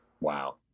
Wow